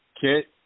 Kit